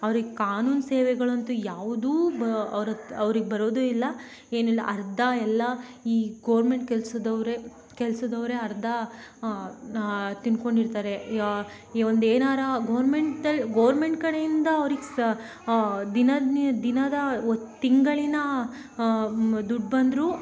ಅವ್ರಿಗೆ ಕಾನೂನು ಸೇವೆಗಳಂತೂ ಯಾವುದೂ ಬ ಅವ್ರಿಗೆ ಅವ್ರಿಗೆ ಬರೋದು ಇಲ್ಲ ಏನಿಲ್ಲ ಅರ್ಧ ಎಲ್ಲ ಈ ಗೋರ್ಮೆಂಟ್ ಕೆಲ್ಸದವ್ರೇ ಕೆಲ್ಸದವ್ರೇ ಅರ್ಧ ತಿನ್ಕೊಂಡಿರ್ತಾರೆ ಈಗ ಒಂದು ಏನಾದ್ರು ಗೋರ್ಮೆಂಟಲ್ಲಿ ಗೋರ್ಮೆಂಟ್ ಕಡೆಯಿಂದ ಅವ್ರಿಗೆ ಸ್ ದಿನ ದಿನದ ತಿಂಗಳಿನ ದುಡ್ಡು ಬಂದರೂ